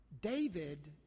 David